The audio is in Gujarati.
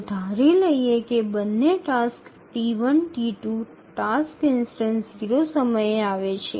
ચાલો ધારી લઈએ કે બંને tasks T1 T2 task instance 0 સમયે આવે છે